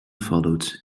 followed